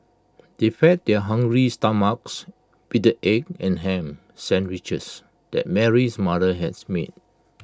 they fed their hungry stomachs with the egg and Ham Sandwiches that Mary's mother had made